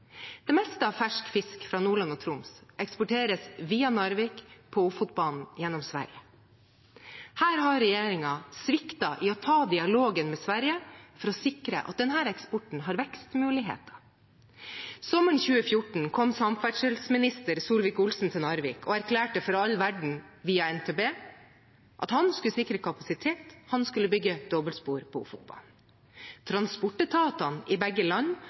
Det meste av fersk fisk fra Nordland og Troms eksporteres via Narvik på Ofotbanen gjennom Sverige. Her har regjeringen sviktet i å ta dialogen med Sverige for å sikre at denne eksporten har vekstmuligheter. Sommeren 2014 kom samferdselsminister Solvik-Olsen til Narvik og erklærte for all verden, via NTB, at han skulle sikre kapasitet, han skulle bygge dobbeltspor på Ofotbanen. Transportetatene i begge land